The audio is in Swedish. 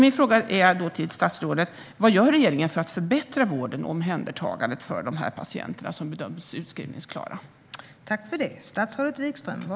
Min fråga till statsrådet är: Vad gör regeringen för att förbättra vården och omhändertagandet för dessa patienter som bedöms vara utskrivningsklara?